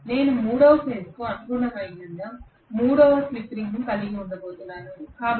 నేను మూడవ ఫేజ్ కు అనుగుణమైన మూడవ స్లిప్ రింగ్ కలిగి ఉండబోతున్నాను